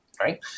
right